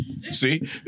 See